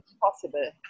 possible